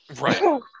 Right